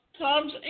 Tom's